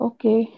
Okay